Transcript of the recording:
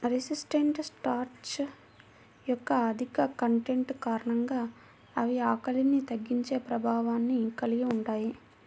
resistant starch యొక్క అధిక content కారణంగా అవి ఆకలిని తగ్గించే ప్రభావాన్ని కలిగి ఉంటాయి